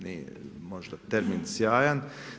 Nije možda termin sjajan.